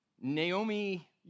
Naomi